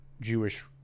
Jewish